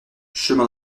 chemin